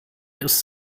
ist